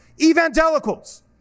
Evangelicals